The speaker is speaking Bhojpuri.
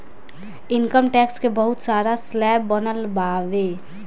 इनकम टैक्स के बहुत सारा स्लैब बनल बावे